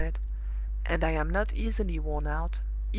he said and i am not easily worn out,